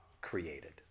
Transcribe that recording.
created